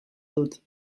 dut